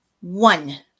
one